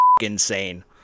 insane